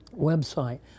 website